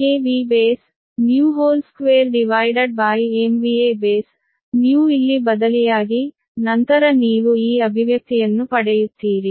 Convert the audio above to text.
KVBnew 2MVAB new ಇಲ್ಲಿ ಬದಲಿಯಾಗಿ ನಂತರ ನೀವು ಈ ಅಭಿವ್ಯಕ್ತಿಯನ್ನು ಪಡೆಯುತ್ತೀರಿ